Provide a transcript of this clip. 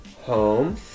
home